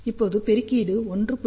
இப்போது பெருக்கீடு 1